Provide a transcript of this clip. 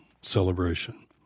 celebration